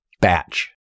Batch